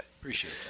appreciate